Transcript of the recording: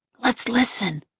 let's listen!